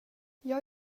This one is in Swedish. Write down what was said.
jag